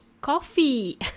coffee